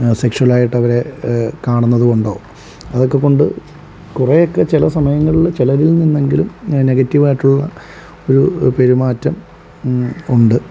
sexual ആയിട്ട് അവരെ കാണുന്നതു കൊണ്ടോ അതൊക്കെ കൊണ്ട് കുറേയൊക്കെ ചില സമയങ്ങളിൽ ചിലരിൽ നിന്നെങ്കിലും നെഗറ്റീവ് ആയിട്ടുള്ള ഒരു പെരുമാറ്റം ഉണ്ട്